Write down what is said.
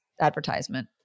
advertisement